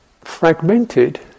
fragmented